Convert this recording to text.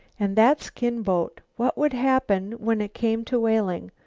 and that skin-boat? what would happen when it came to whaling?